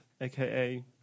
aka